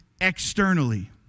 externally